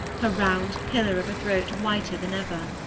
her round pillar of a throat whiter than ever.